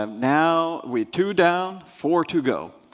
um now we're two down, four to go.